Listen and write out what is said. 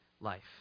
life